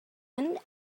end